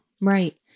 Right